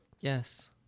Yes